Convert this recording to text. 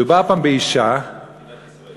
מדובר הפעם באישה, מדינת ישראל.